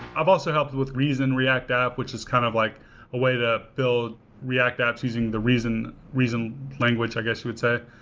i've also helped with reason react app, which is kind of like a way to build react apps using the reason reason language i guess you would say.